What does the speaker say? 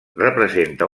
representa